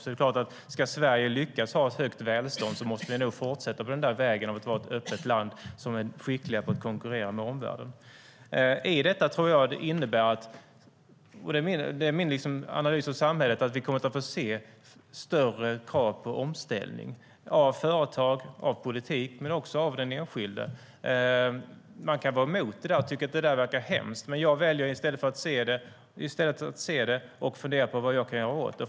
Det är klart att om Sverige ska lyckas ha ett högt välstånd måste vi fortsätta på vägen att vara ett öppet land som är skickligt på att konkurrera med omvärlden. Det är min analys av samhället att detta innebär att vi kommer att få se större krav på omställning av företag, av politik och av den enskilde. Man kan vara mot detta och tycka att det verkar hemskt, men jag väljer i stället att se det och fundera på vad jag kan göra åt det.